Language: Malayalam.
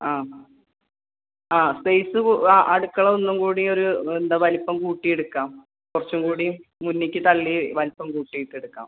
ആ ആ സ്പേസ് ആ അടുക്കള ഒന്നും കൂടിയൊരു എന്താണ് വലിപ്പം കൂട്ടി എടുക്കാം കുറച്ചും കൂടി മുന്നിലേക്ക് തള്ളി വലിപ്പം കൂട്ടിയിട്ട് എടുക്കാം